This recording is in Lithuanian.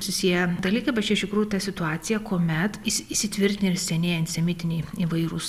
susiję dalykai bat čia iš tikrųjų ta situacija kuomet įsi įsitvirtinę ir senieji antisemitiniai įvairūs